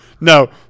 no